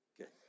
Okay